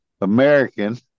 American